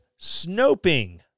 snoping